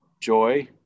joy